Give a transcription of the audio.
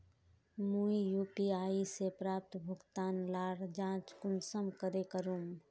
मुई यु.पी.आई से प्राप्त भुगतान लार जाँच कुंसम करे करूम?